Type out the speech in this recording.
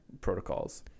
protocols